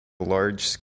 large